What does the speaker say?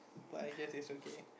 but I guess is okay